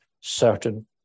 certain